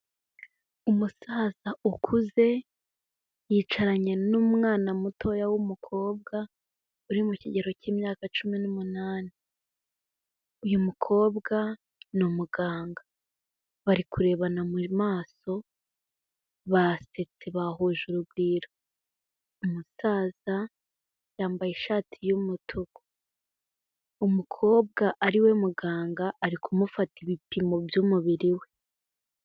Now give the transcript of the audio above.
Umusaza ukuze, yicaranye n'umwana mutoya w'umukobwa uri mu kigero cy'imyaka cumi n'umunani. Uyu mukobwa ni umuganga, bari kurebana mu maso basetse bahuje urugwiro. Umusaza yambaye ishati y'umutuku, umukobwa ari we muganga, ari kumufata ibipimo by'umubiri we.